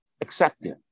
accepted